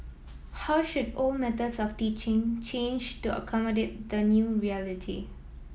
how should old methods of teaching change to accommodate the new reality